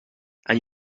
and